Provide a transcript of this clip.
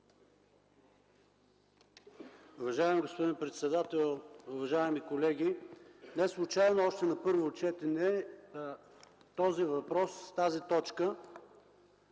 Уважаеми господин председател, уважаеми колеги! Неслучайно още на първо четене този въпрос, тази точка